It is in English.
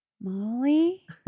Molly